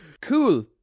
cool